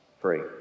free